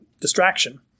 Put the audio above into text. distraction